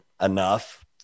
enough